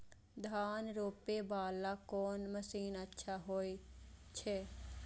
धान रोपे वाला कोन मशीन अच्छा होय छे?